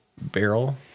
barrel